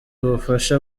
ubufasha